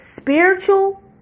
spiritual